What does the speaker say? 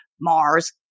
mars